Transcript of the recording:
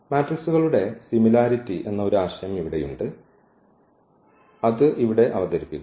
മെട്രിക്സുകളുടെ സിമിലാരിറ്റി എന്ന ഒരു ആശയം ഇവിടെയുണ്ട് അത് ഇവിടെ അവതരിപ്പിക്കുന്നു